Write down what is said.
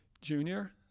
junior